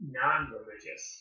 non-religious